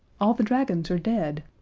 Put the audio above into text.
all the dragons are dead.